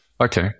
Okay